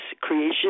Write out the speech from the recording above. Creation